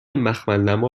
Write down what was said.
مخملنما